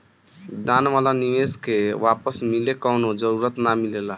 दान वाला निवेश के वापस मिले कवनो जरूरत ना मिलेला